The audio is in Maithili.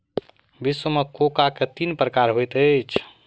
विश्व मे कोको के तीन प्रकार होइत अछि